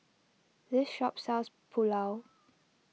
this shop sells Pulao